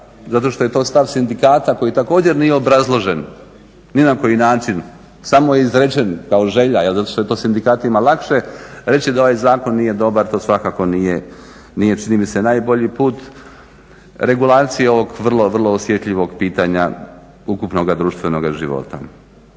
zato što je to stav sindikata koji također nije obrazložen ni na koji način, samo je izrečen kao želja zato što je to sindikatima lakše reći da ovaj zakon nije dobar. To svakako nije čini mi se najbolji put regulacije ovog vrlo, vrlo osjetljivog pitanja ukupnoga društvenoga života.